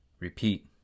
Repeat